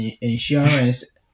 insurance